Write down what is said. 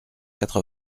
quatre